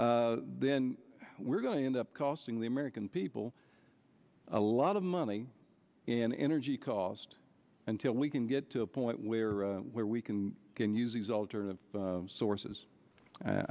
then we're going to up costing the american people a lot of money and energy cost until we can get to a point where where we can can use these alternate sources